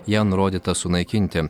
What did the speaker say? ją nurodyta sunaikinti